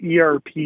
ERP